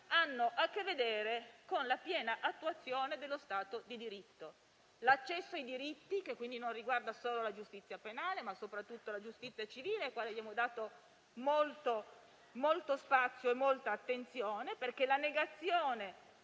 hanno a che vedere con la piena attuazione dello Stato di diritto e dell'accesso ai diritti, tema che quindi non riguarda solo la giustizia penale, ma soprattutto la giustizia civile, alla quale abbiamo molto spazio e molta attenzione, perché la negazione